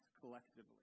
collectively